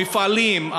המפעלים,